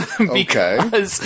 Okay